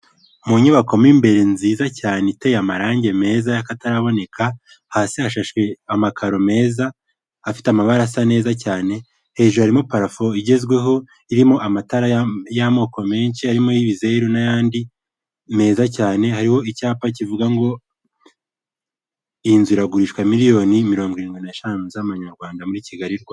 Mu nyubako mo imbere nziza cyane, iteye amarangi meza y'akataraboneka, hasi hashashe amakaro meza, afite amabara asa neza cyane, hejuru harimo parafo igezweho irimo amatara y'amoko menshi, harimo ay'ibizeru n'ayandi meza cyane, hariho icyapa kivuga ngo inzu iragurishwa miliyoni mirongo irindwi n'eshanu z'amanyarwanda muri Kigali, Rwanda.